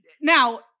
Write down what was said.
now